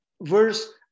verse